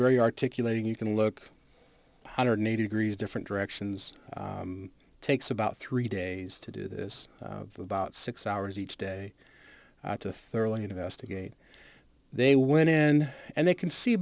very articulate and you can look hundred eighty degrees different directions takes about three days to do this about six hours each day to thoroughly investigate they went in and they can see